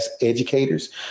educators